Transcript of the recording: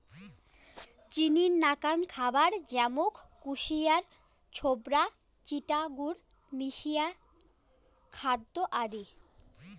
চিনির নাকান খাবার য্যামুন কুশিয়ার ছোবড়া, চিটা গুড় মিশিয়া খ্যার আদি